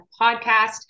Podcast